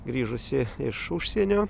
grįžusi iš užsienio